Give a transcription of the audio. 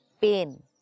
pain